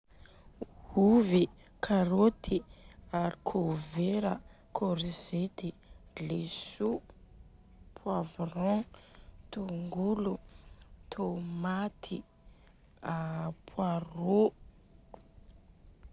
Ovy, karôty, arkôvera, kôrzety, leso, pôavrogna, tongolo, tomaty, a pôarô.